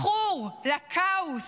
מכור לכאוס,